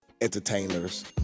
entertainers